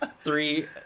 three